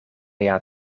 jaar